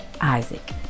Isaac